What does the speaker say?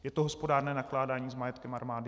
Je to hospodárné nakládání s majetkem armády?